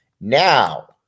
now